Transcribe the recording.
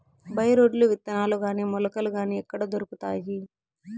By రోడ్లు విత్తనాలు గాని మొలకలు గాని ఎక్కడ దొరుకుతాయి?